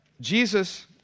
Jesus